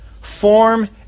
form